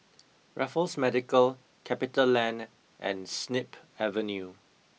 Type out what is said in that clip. Raffles Medical Capital Land and Snip Avenue